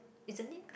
isn't it